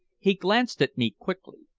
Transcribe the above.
he glanced at me quickly,